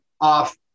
off